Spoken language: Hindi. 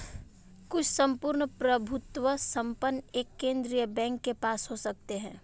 कुछ सम्पूर्ण प्रभुत्व संपन्न एक केंद्रीय बैंक के पास हो सकते हैं